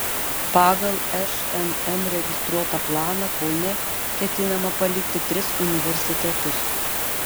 pagal šmm registruotą planą kaune ketinama palikti tris universitetus